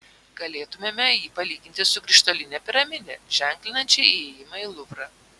galėtumėme jį palyginti su krištoline piramide ženklinančia įėjimą į luvrą